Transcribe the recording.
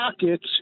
pockets